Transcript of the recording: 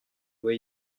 vois